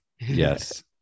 yes